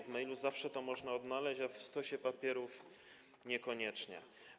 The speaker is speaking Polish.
Na mailu zawsze to można odnaleźć, a w stosie papierów niekoniecznie.